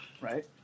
Right